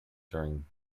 during